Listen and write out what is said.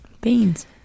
Beans